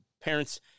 parents